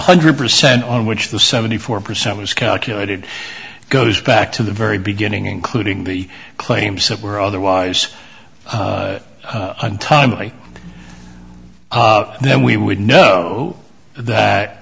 hundred percent on which the seventy four percent was calculated goes back to the very beginning including the claims that were otherwise untimely then we would know that